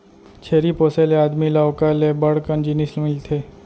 छेरी पोसे ले आदमी ल ओकर ले बड़ कन जिनिस मिलथे